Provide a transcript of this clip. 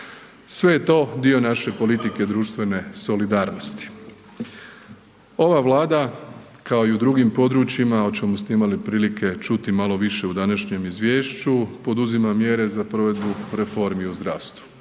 Sve je to dio naše politike društvene solidarnosti. Ova Vlada kao i u drugim područjima o čemu ste imali prilike čuti malo više u današnjem izvješću poduzima mjere za provedbu reformi u zdravstvu.